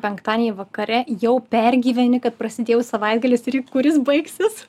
penktadienį vakare jau pergyveni kad prasidėjo savaitgalis ir kuris baigsis